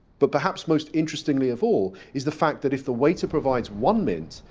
but perhaps most interestingly of all, is the fact that if the waiter provides one mint,